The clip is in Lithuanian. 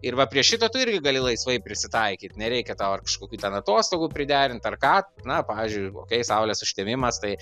ir va prie šito tu irgi gali laisvai prisitaikyt nereikia tau ar kažkokių ten atostogų priderint ar ką na pavyžiui okei saulės užtemimas tai